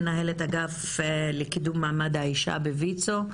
מנהלת האגף לקידום מעמד האישה בויצ"ו,